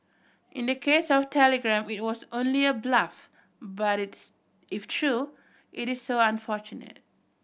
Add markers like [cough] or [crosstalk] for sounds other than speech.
in the case of Telegram it was only a bluff but [unintelligible] if true it is so unfortunate